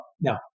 now